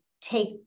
take